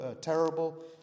terrible